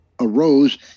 arose